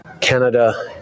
Canada